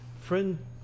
friend